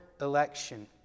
election